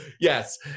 Yes